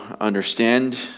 understand